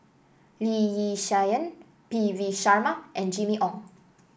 Lee Yi Shyan P V Sharma and Jimmy Ong